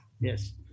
Yes